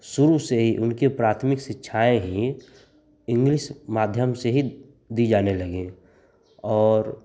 शुरू से ही उनकी प्राथमिक शिक्षाएँ ही इंग्लिश माध्यम से ही दी जाने लगीं और